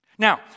Now